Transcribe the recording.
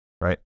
right